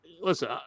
listen